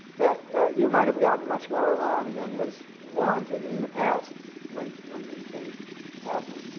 that you might have gotten much more alarmed than was warranted in the past when when these things happened.